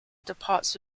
departs